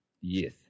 Yes